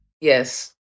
yes